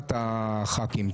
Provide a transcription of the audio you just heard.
עבודת הח"כים.